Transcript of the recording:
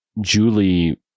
Julie